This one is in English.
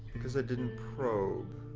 because i didn't probe,